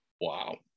Wow